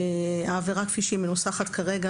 העבירה כפי שהיא מנוסחת כרגע